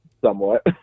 somewhat